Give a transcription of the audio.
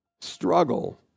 struggle